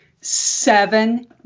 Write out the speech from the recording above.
seven